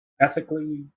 ethically